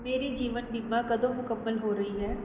ਮੇਰੀ ਜੀਵਨ ਬੀਮਾ ਕਦੋਂ ਮੁਕੰਮਲ ਹੋ ਰਹੀ ਹੈ